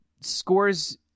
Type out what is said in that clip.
scores